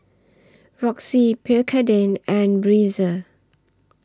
Roxy Pierre Cardin and Breezer